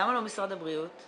למה לא משרד הבריאות?